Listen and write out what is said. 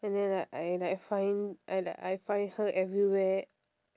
and then like I like find I like I find her everywhere